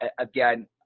again